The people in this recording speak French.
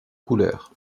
couleur